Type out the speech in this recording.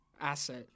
asset